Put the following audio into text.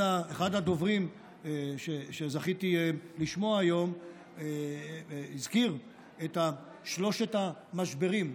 אחד הדוברים שזכיתי לשמוע היום הזכיר את שלושת המשברים,